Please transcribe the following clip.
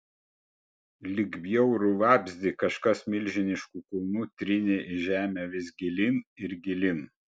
lyg bjaurų vabzdį kažkas milžinišku kulnu trynė į žemę vis gilyn ir gilyn